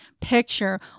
picture